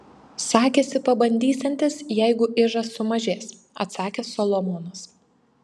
sakėsi pabandysiantis jeigu ižas sumažės atsakė solomonas